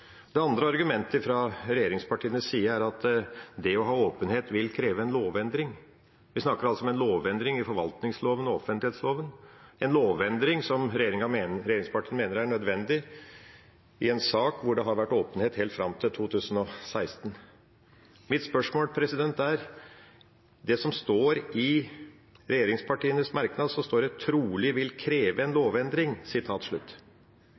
Det andre argumentet fra regjeringspartienes side er at det å ha åpenhet vil kreve en lovendring. Vi snakker altså om en lovendring i forvaltningsloven og offentlighetsloven – en lovendring som regjeringspartiene mener er nødvendig i en sak hvor det har vært åpenhet helt fram til 2016. Mitt spørsmål er: I regjeringspartienes merknad står det at det «trolig vil kreve en